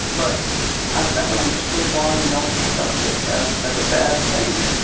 but i've never understood why we don't discuss this as as a bad thing.